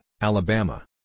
Alabama